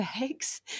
bags